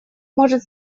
может